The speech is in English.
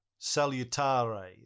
Salutare